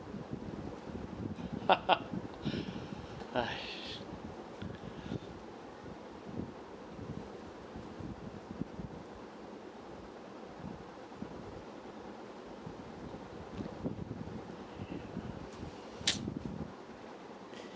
!hais!